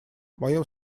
моем